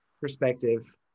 perspective